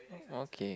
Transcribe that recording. oh okay